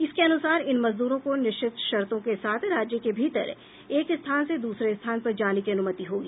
इसके अनुसार इन मजदूरों को निश्चित शर्तों के साथ राज्य के भीतर एक स्थान से दूसरे स्थान पर जाने की अनुमति होगी